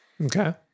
Okay